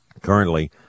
currently